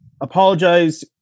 apologize